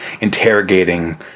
interrogating